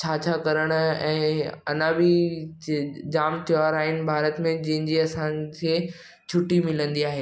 छा छा करणु ऐं अञा बि ज जामु त्योहार आहिनि भारत में जिनि जी असांखे छुटी मिलंदी आहे